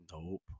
nope